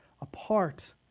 apart